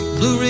Blue